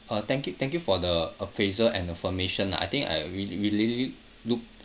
uh thank you thank you for the appraisal and affirmation lah I think I really really look